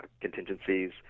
contingencies